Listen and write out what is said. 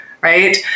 right